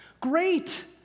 Great